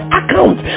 account